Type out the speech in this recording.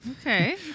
Okay